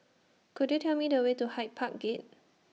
Could YOU Tell Me The Way to Hyde Park Gate